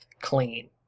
clean